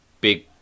big